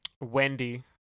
wendy